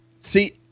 See